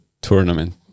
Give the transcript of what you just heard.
tournament